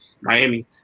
Miami